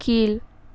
கீழ்